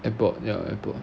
airport ya airport